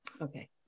Okay